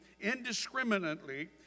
indiscriminately